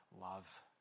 love